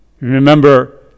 Remember